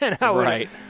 Right